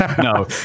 No